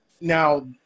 Now